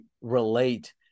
relate